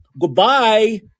Goodbye